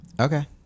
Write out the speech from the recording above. Okay